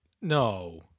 No